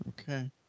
Okay